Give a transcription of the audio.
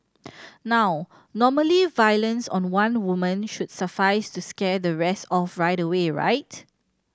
now normally violence on one woman should suffice to scare the rest off right away right